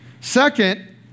Second